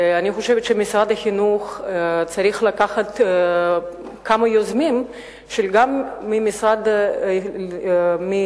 אבל אני חושבת שמשרד החינוך צריך לקחת כמה יוזמים ממשרדים שונים,